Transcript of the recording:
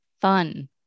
fun